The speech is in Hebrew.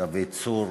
דוד צור,